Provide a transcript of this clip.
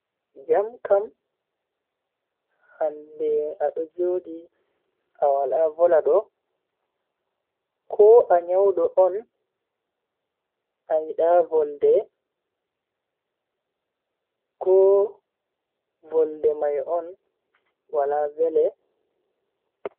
Jam kam hande ado jodi a wala vola do? Ko a nyawdo on a yida volde ko volde mai on wala vele